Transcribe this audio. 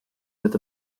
with